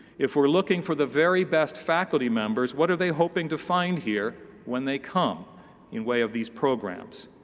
if we're looking for the very best faculty members, what are they hoping to find here when they come in way of these programs?